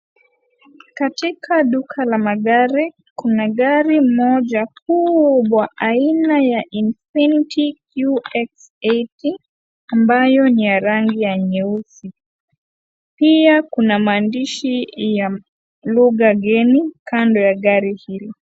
Katika duka la magari, kuna gari moja kubwa aina ya Infinity QX80 ambayo ni ya rangi ya nyeusi. Pia kuna maandishi ya lugha geni kando ya gari hilo.